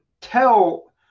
tell